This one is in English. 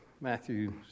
Matthew